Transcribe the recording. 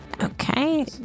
Okay